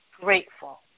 grateful